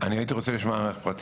אני הייתי רוצה לשמוע פרטים.